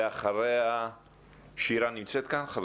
נמצאת כאן?